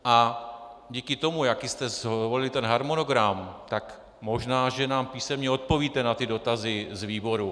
A díky tomu, jaký jste zvolili harmonogram, tak možná že nám písemně odpovíte na ty dotazy z výboru.